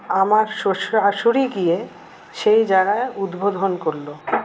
আমার শ্বস শাশুড়ি গিয়ে সেই জায়গায় উদ্বোধন করলো